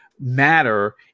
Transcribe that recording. matter